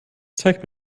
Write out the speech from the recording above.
zeig